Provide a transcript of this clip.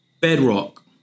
bedrock